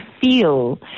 feel